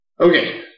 Okay